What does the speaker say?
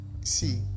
see